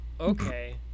okay